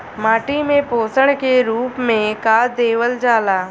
माटी में पोषण के रूप में का देवल जाला?